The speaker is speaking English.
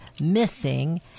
missing